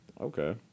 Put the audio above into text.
Okay